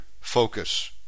focus